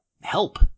help